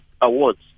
awards